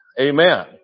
Amen